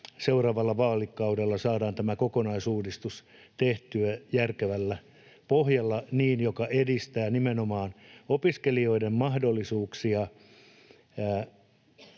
seuraavalla vaalikaudella saadaan tämä kokonaisuudistus tehtyä järkevällä pohjalla, joka edistää nimenomaan opiskelijoiden mahdollisuuksia